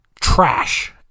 Trash